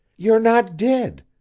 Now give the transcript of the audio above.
you're not dead.